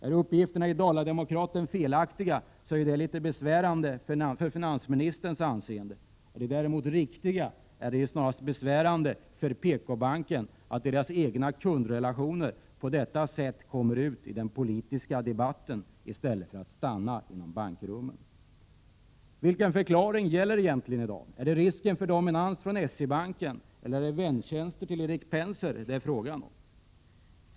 Är uppgifterna i Dala-Demokraten felaktiga, är det litet besvärande för finansministerns anseende. Om de däremot är riktiga, är det snarare besvärande för PKbanken att bankens egna kundrelationer på detta sätt kommer ut i den politiska debatten i stället för att stanna inom banken. Vilken förklaring gäller egentligen i dag? Är det risken för dominans från S-E-Banken eller är det fråga om väntjänster till Erik Penser?